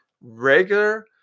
regular